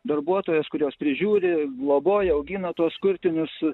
darbuotojos kurios prižiūri globoja augina tuos kurtinius